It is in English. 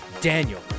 Daniel